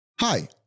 Hi